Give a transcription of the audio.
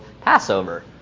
Passover